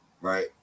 right